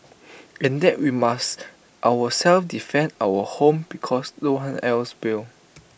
and that we must ourselves defend our own home because no one else will